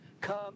come